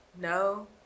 No